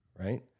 Right